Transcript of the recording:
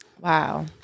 Wow